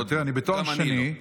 תראה, אני בתואר שני.